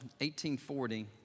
1840